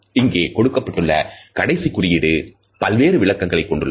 இங்கே கொடுக்கப்பட்டுள்ள கடைசி குறியீடு பல்வேறு விளக்கங்களை கொண்டுள்ளது